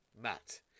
Matt